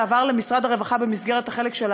אלא עבר למשרד הרווחה במסגרת החלק של